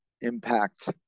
impact